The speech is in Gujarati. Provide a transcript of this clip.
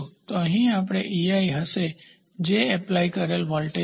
તો અહીં આપણી પાસે જે એપ્લાય કરેલ વોલ્ટેજ છે